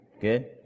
Good